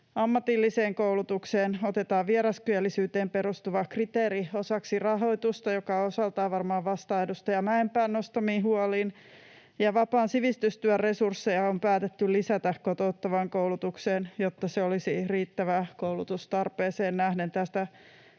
Ammatilliseen koulutukseen otetaan vieraskielisyyteen perustuva kriteeri osaksi rahoitusta, mikä osaltaan varmaan vastaa edustaja Mäenpään nostamiin huoliin, ja vapaan sivistystyön resursseja on päätetty lisätä kotouttavaan koulutukseen, jotta ne olisivat riittäviä koulutustarpeeseen nähden. Tästä käytiin